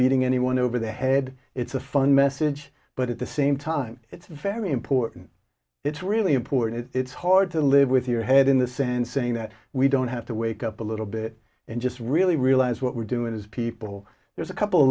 beating anyone over the head it's a fun message but at the same time it's very important it's really important it's hard to live with your head in the sand saying that we don't have to wake up a little bit and just really realize what we're doing as people there's a couple of